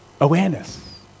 Awareness